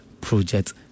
project